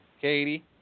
Katie